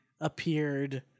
appeared